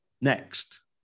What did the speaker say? next